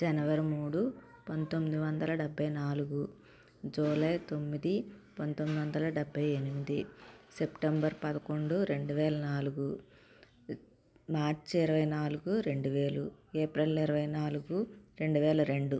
జనవరి మూడు పంతొమ్మిది వందల డెబ్బై నాలుగు జులై తొమ్మిది పంతొమ్మిది వందల డెబ్బై ఎనిమిది సెప్టెంబర్ పదకొండు రెండువేల నాలుగు మార్చ్ ఇరవై నాలుగు రెండు వేలు ఏప్రిల్ ఇరవై నాలుగు రెండు వేల రెండు